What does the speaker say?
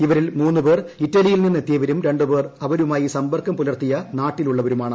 ഇവരിൽ മൂന്നു പേർ് ഇറ്റലിയിൽ നിന്ന് എത്തിയവരും രണ്ടു പേർ അവരുമായി സമ്പർക്കം പുലർത്തിൽ നാട്ടിലുള്ളവരുമാണ്